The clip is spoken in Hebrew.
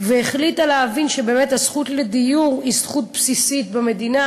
והחליטה להבין שבאמת הזכות לדיור היא זכות בסיסית במדינה,